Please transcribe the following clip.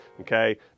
Okay